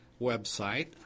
website